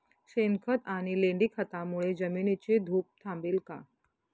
शेणखत आणि लेंडी खतांमुळे जमिनीची धूप थांबेल का?